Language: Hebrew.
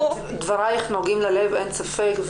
דברייך נוגעים ללב אין ספק,